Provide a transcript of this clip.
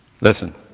Listen